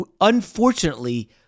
unfortunately